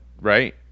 right